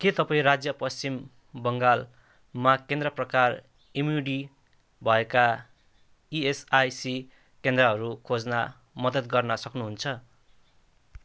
के तपाईँँ राज्य पश्चिम बङ्गालमा केन्द्र प्रकार एमयुडी भएका इएसआइसी केन्द्रहरू खोज्न मद्दत गर्न सक्नुहुन्छ